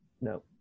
No